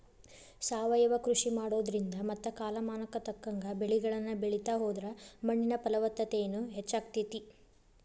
ಸಾವಯವ ಕೃಷಿ ಮಾಡೋದ್ರಿಂದ ಮತ್ತ ಕಾಲಮಾನಕ್ಕ ತಕ್ಕಂಗ ಬೆಳಿಗಳನ್ನ ಬೆಳಿತಾ ಹೋದ್ರ ಮಣ್ಣಿನ ಫಲವತ್ತತೆನು ಹೆಚ್ಚಾಗ್ತೇತಿ